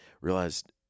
realized